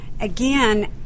again